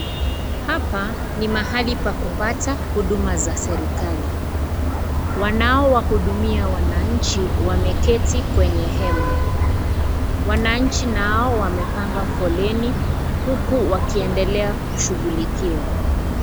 Hapa ni mahali pa kupata huduma za serikali wanaowahudumia wananchi .Wameketi kwenye hema wananchi nao wamepanga foleni huku wakiendelea kushughulikiwa.